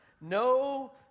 No